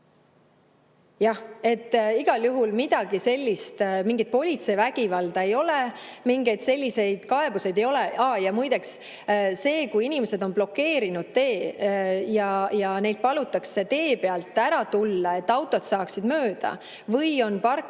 Jah, igal juhul midagi sellist, mingit politsei vägivalda ei ole olnud. Mingeid selliseid kaebusi ei ole. Ja muide, kui inimesed on tee blokeerinud ja neil palutakse tee pealt ära tulla, et autod saaksid mööda, või nad on parkinud